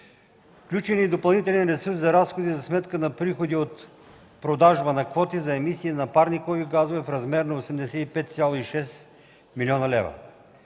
Включен е и допълнителен ресурс за разходи за сметка на приходи от продажба на квоти за емисии на парникови газове в размер на 85,6 млн. лв.